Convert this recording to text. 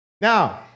Now